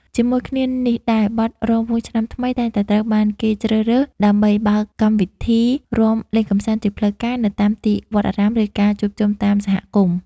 ជាមួយគ្នានេះដែរ បទ រាំវង់ឆ្នាំថ្មី តែងតែត្រូវបានគេជ្រើសរើសដើម្បីបើកកម្មវិធីរាំលេងកម្សាន្តជាផ្លូវការ នៅតាមទីវត្តអារាម ឬការជួបជុំតាមសហគមន៍។